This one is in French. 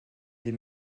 des